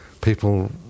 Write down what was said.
People